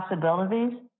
possibilities